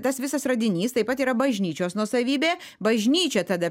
tas visas radinys taip pat yra bažnyčios nuosavybė bažnyčia tada